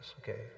okay